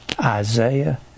Isaiah